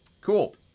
Cool